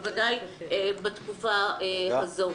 ובוודאי בתקופה הזאת.